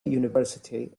university